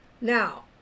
Now